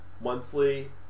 Monthly